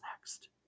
next